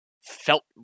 felt